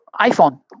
iPhone